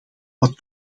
wat